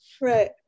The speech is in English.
Right